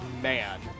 man